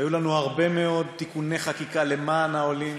היו לנו הרבה מאוד תיקוני חקיקה למען העולים,